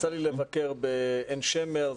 יצא לי לבקר בעין שמר.